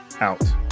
out